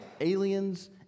aliens